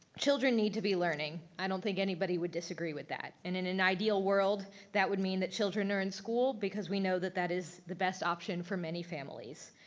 children need to be learning. i don't think anybody would disagree with that. and in an ideal world, that would mean that children are in school because we know that that is the best option for many families.